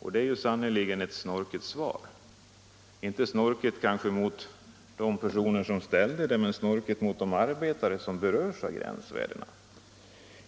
Detta är sannerligen ett snorkigt svar — kanske inte snorkigt mot de personer som ställde yrkandet men mot de arbetare som berörs av gränsvärdena.